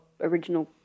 original